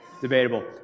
debatable